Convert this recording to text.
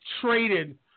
traded